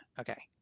Okay